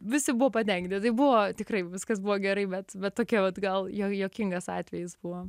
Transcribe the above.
visi buvo patenkinti tai buvo tikrai viskas buvo gerai bet bet tokia vat gal juo juokingas atvejis buvo